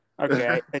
Okay